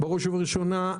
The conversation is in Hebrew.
בראש ובראשונה,